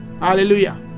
hallelujah